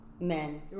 men